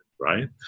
right